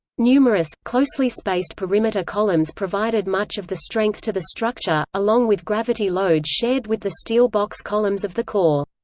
numerous, closely spaced perimeter columns provided much of the strength to the structure, along with gravity load shared with the steel box columns of the core.